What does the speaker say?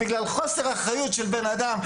בגלל חוסר אחריות של בן אדם.